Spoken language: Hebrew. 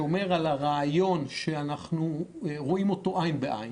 שומר על הרעיון שאנחנו רואים אותו עין בעין,